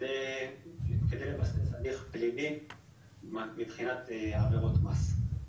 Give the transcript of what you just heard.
על מנת לבסס הליך פלילי מבחינת העבירות מס.